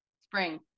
Spring